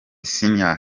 senior